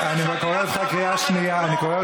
אני קורא אותך בקריאה שנייה.